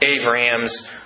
Abraham's